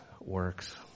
works